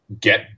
get